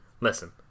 listen